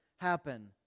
happen